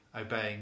obeying